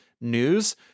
news